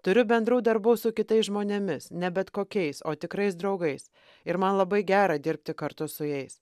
turiu bendrų darbų su kitais žmonėmis ne bet kokiais o tikrais draugais ir man labai gera dirbti kartu su jais